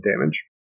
damage